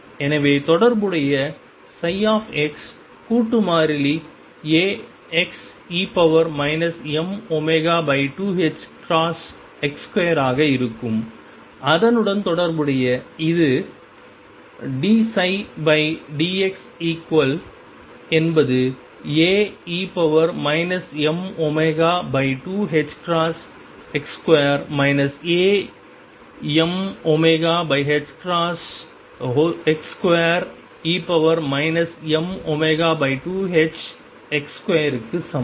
எனவே தொடர்புடைய x கூட்டு மாறிலி Axe mω2ℏx2 ஆக இருக்கும் அதனுடன் தொடர்புடைய இது dψdx என்பது Ae mω2ℏx2 Amωx2e mω2ℏx2க்கு சமம்